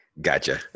Gotcha